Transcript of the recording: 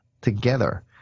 together